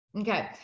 Okay